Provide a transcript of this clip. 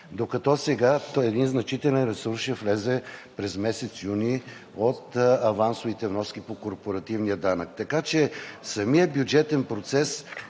Докато сега един значителен ресурс ще влезе през месец юни от авансовите вноски по корпоративния данък. Така че самият бюджетен процес